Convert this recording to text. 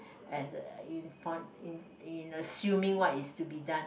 (as)(uh) in in assuming what is to be done